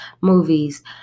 movies